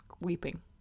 Weeping